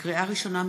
לקריאה ראשונה,